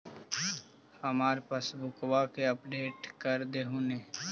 हमार पासबुकवा के अपडेट कर देहु ने?